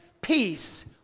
peace